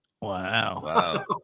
Wow